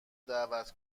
دعوت